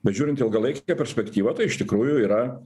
bet žiūrint ilgalaikę perspektyvą tai iš tikrųjų yra